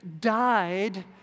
died